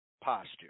posture